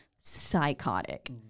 psychotic